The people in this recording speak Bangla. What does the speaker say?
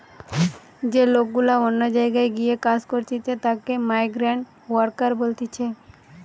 যে লোক গুলা অন্য জায়গায় গিয়ে কাজ করতিছে তাকে মাইগ্রান্ট ওয়ার্কার বলতিছে